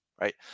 right